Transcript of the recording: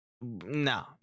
no